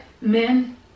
men